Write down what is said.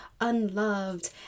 unloved